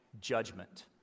judgment